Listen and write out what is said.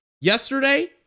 yesterday